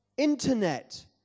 internet